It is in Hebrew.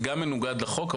זה גם מנוגד לחוק.